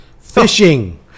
Fishing